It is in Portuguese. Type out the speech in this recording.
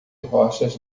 rochas